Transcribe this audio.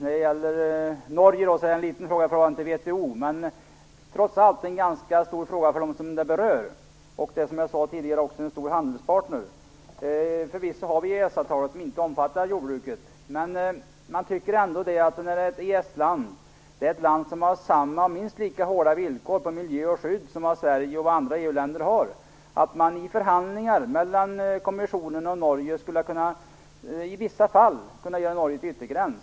Frågan om Norge är en liten fråga i förhållande till VHO, men det är trots allt en ganska stor fråga för dem den berör. Norge är också, som jag sade tidigare, en stor handelspartner. Förvisso har vi EES-avtalet, som inte omfattar jordbruket. Men man tycker ändå att när det gäller ett EES-land, ett land som har minst lika hårda villkor på miljö och skydd som Sverige och andra EU-länder, skulle man i förhandlingar mellan kommissionen och Norge i vissa fall ha kunnat göra Norge till yttergräns.